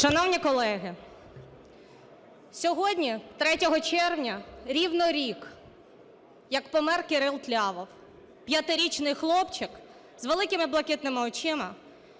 Шановні колеги, сьогодні, 3 червня, рівно рік як помер Кирил Тлявов, 5-річний хлопчик з великими блакитними очима,